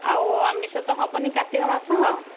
ଆଉ ଆମିଷ ତ ହେବନି କାର୍ତ୍ତିକ ମାସ